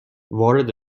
وارد